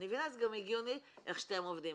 וזה גם הגיוני איך שאתם עובדים.